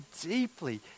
deeply